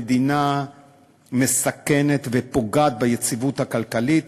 המדינה מסכנת ופוגעת ביציבות הכלכלית